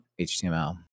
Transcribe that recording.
html